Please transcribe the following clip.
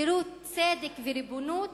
חירות, צדק וריבונות,